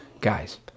Guys